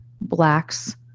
blacks